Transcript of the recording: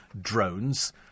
drones